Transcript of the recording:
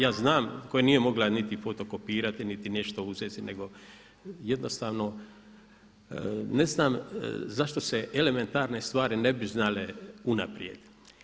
Ja znam koje nije mogla niti fotokopirati, niti nešto si uzeti, nego jednostavno ne znam zašto se elementarne stvari ne bi znale unaprijed.